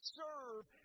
serve